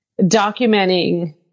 documenting